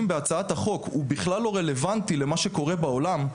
בהצעת החוק הוא בכלל לא רלוונטי למה שקורה בעולם,